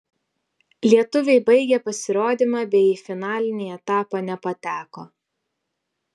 lietuviai baigė pasirodymą bei į finalinį etapą nepateko